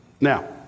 Now